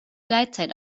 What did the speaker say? gleitzeit